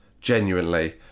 genuinely